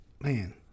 man